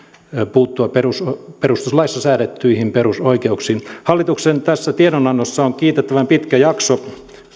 puuttua perustuslaissa säädettyihin perusoikeuksiin hallituksen tiedonannossa on kiitettävän pitkä jakso